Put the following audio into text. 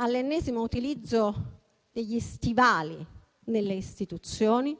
all'ennesimo utilizzo degli stivali nelle istituzioni.